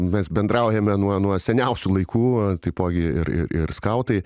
mes bendraujame nuo nuo seniausių laikų taipogi ir ir ir skautai